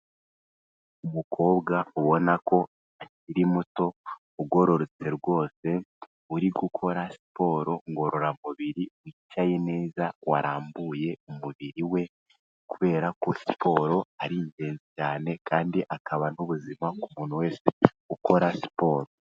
Umukobwa ubona ko akiri muto ugororotse rwose, uri gukora siporo ngororamubiri wicaye neza, warambuye umubiri we kubera ko siporo ari ingenzi cyane kandi akaba n'ubuzima ku muntu wese ukora siporo.